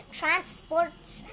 transports